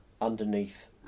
underneath